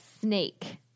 snake